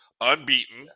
unbeaten